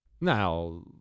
Now